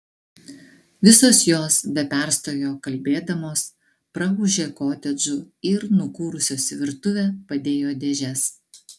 visos jos be perstojo kalbėdamos praūžė kotedžu ir nukūrusios į virtuvę padėjo dėžes